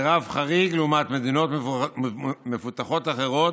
זה אף חריג לעומת מדינות מפותחות אחרות,